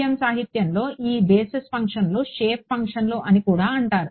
FEM సాహిత్యంలో ఈ basis ఫంక్షన్లను షేప్ ఫంక్షన్స్ అని కూడా అంటారు